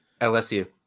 LSU